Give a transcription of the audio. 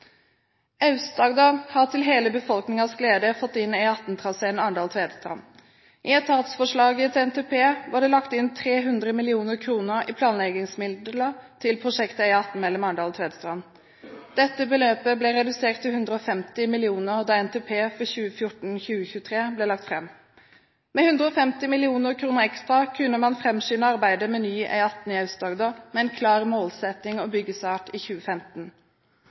Aust-Agder har til hele befolkningens glede fått inn E18-traseen Arendal–Tvedestrand. I etatsforslaget til NTP var det lagt inn 300 mill. kr i planleggingsmidler til prosjektet E18 mellom Arendal og Tvedestrand. Dette beløpet ble redusert til 150 mill. kr da NTP for 2014–2023 ble lagt fram. Med 150 mill. kr ekstra kunne man framskyndet arbeidet med ny E18 i Aust-Agder, med en klar målsetting om byggestart i 2015.